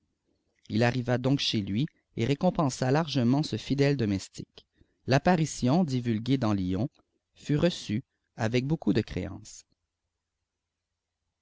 il arriva donc chez lui et récompensa largement ce fidèle domestique l'apparition divulguée dans lvon fut reçue avec beaucoup de créance